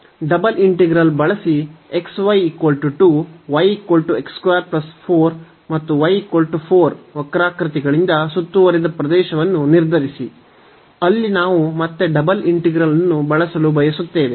double integral ಬಳಸಿ ಮತ್ತು y 4 ವಕ್ರಾಕೃತಿಗಳಿಂದ ಸುತ್ತುವರಿದ ಪ್ರದೇಶವನ್ನು ನಿರ್ಧರಿಸಿ ಅಲ್ಲಿ ನಾವು ಮತ್ತೆ ಡಬಲ್ ಇಂಟಿಗ್ರಲ್ ಅನ್ನು ಬಳಸಲು ಬಯಸುತ್ತೇವೆ